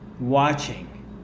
watching